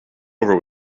over